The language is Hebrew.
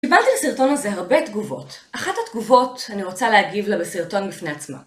קיבלתי לסרטון הזה הרבה תגובות, אחת התגובות אני רוצה להגיב לה בסרטון בפני עצמה